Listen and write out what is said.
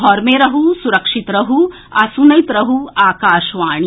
घर मे रहू सुरक्षित रहू आ सुनैत रहू आकाशवाणी